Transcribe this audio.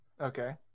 Okay